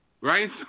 Right